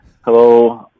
Hello